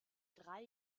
drei